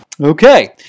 okay